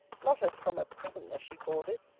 not as from a prison, as she called it,